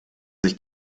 sich